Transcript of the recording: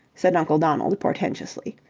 said uncle donald, portentously,